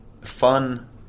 fun